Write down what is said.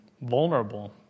vulnerable